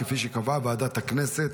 כפי שקבעה ועדת הכנסת,